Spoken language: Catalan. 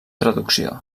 traducció